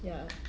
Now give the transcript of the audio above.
ya